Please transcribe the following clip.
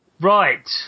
Right